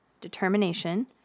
determination